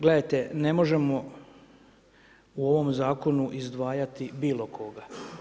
Gledajte, ne možemo u ovom zakonu izdvajati bilo koga.